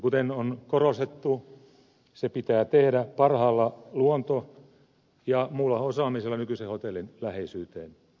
kuten on korostettu se pitää tehdä parhaalla luonto ja muulla osaamisella nykyisen hotellin läheisyyteen